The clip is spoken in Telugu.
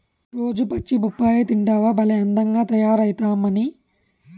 రోజూ పచ్చి బొప్పాయి తింటివా భలే అందంగా తయారైతమ్మన్నీ